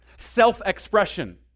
self-expression